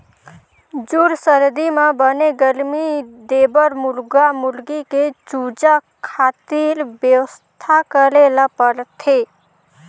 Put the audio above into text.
जूड़ सरदी म बने गरमी देबर मुरगा मुरगी के चूजा खातिर बेवस्था करे ल परथे